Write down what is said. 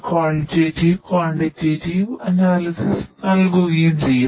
0 നൽകുകയും ചെയ്യും